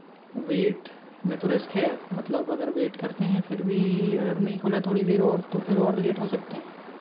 wait में तो risk है मतलब अगर वेट करते हैं फिर भी अगर नहीं खुला थोड़ी देर और तो फिर और लेट हो सकते हैं